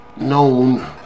known